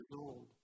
old